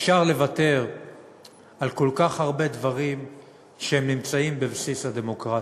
אפשר לוותר על כל כך הרבה דברים שנמצאים בבסיס הדמוקרטיה.